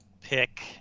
pick